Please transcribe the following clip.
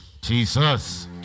Jesus